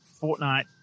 Fortnite